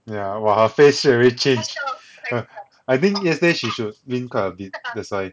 yeah !wah! her face straight away change I think yesterday she should win quite a bit that's why